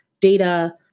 data